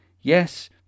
yes